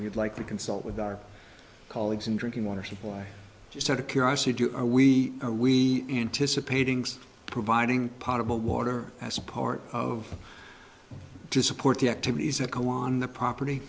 would like to consult with our colleagues and drinking water supply just out of curiosity do we are we anticipating providing possible water as part of to support the activities that go on the property